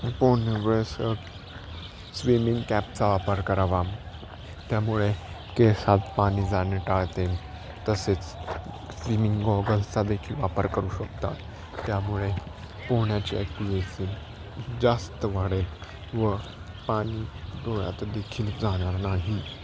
पोहण्या वेळेस स्विमिंग कॅपचा वापर करावा त्यामुळे केसात पाणी जाणे टाळते तसेच स्विमिंग गॉगल्सचा देखील वापर करू शकतात त्यामुळे पोहण्याच्या जास्त वाढेल व पाणी डोळ्यात देखील जाणार नाही